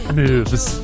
moves